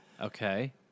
Okay